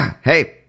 hey